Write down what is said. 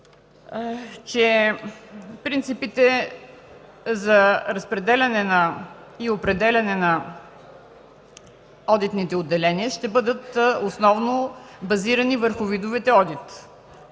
че принципите за разпределяне и определяне на одитните отделения ще бъдат базирани основно върху видовете одит.